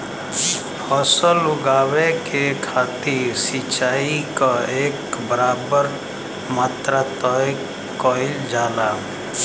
फसल उगावे के खातिर सिचाई क एक बराबर मात्रा तय कइल जाला